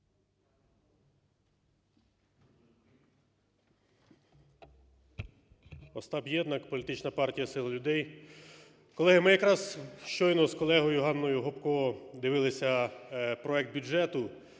ОстапЄднак, політична партія "Сила людей". Колеги, ми якраз щойно з колегою Ганною Гопко дивилися проект бюджету